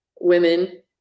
women